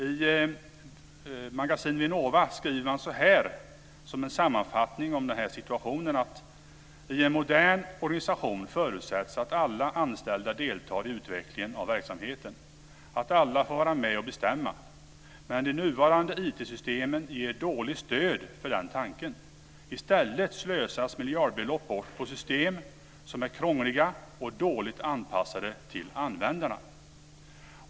I Magasin Vinnova skriver man så här som en sammanfattning av situationen: I en modern organisation förutsätts att alla anställda deltar i utvecklingen av verksamheten, att alla får vara med och bestämma. Men de nuvarande IT-systemen ger dåligt stöd för den tanken. I stället slösas miljardbelopp bort på system som är krångliga och dåligt anpassade till användarna.